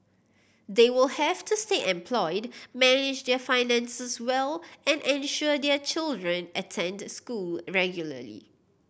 they will have to stay employed manage their finances well and ensure their children attend school regularly